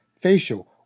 facial